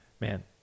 man